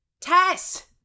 Tess